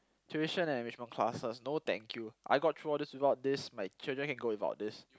tuition and enrichment classes no thank you I've gone through all these without this my children can go without this